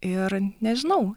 ir nežinau